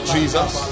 Jesus